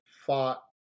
fought